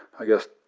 i guess,